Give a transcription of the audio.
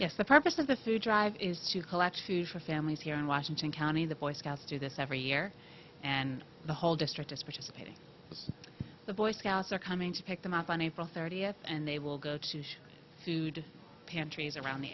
yes the purpose of the food drive is to collect food for families here in washington county the boy scouts do this every year and the whole district is participating with the boy scouts are coming to pick them up on april thirtieth and they will go to food pantries around the